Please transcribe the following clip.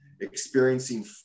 experiencing